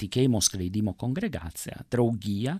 tikėjimo skleidimo kongregacija draugija